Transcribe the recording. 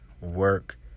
work